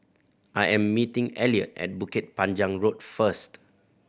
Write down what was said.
I am meeting Eliot at Bukit Panjang Road first